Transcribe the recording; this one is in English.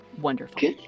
wonderful